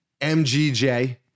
mgj